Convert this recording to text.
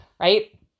Right